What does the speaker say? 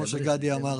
כמו שגדי אמר,